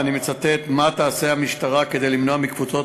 ואני מצטט: מה תעשה המשטרה כדי למנוע מקבוצות